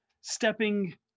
Stepping